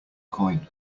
coin